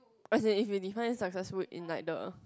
as in if you define successful in like the